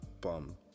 bum